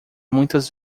muitas